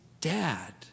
dad